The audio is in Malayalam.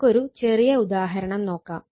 നമുക്കൊരു ചെറിയ ഉദാഹരണം നോക്കാം